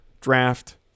draft